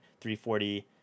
340